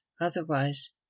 otherwise